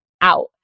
out